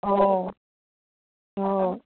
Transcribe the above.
অঁ অঁ